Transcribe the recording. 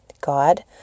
God